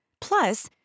Plus